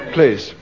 Please